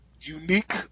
unique